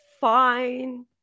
fine